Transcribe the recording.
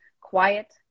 Quiet